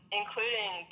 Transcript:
including